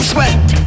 Sweat